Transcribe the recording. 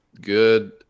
good